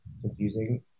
confusing